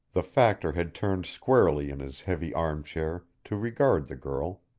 the factor had turned squarely in his heavy arm-chair to regard the girl,